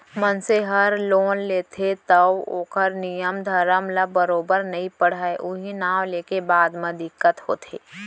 मनसे हर लोन लेथे तौ ओकर नियम धरम ल बरोबर नइ पढ़य उहीं नांव लेके बाद म दिक्कत होथे